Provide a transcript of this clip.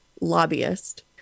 lobbyist